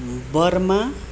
Burma